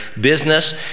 business